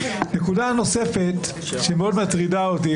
נקודה נוספת שמאוד מטרידה אותי,